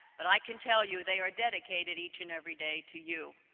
but i can tell you, they are dedicated each and every day to you.